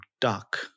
Duck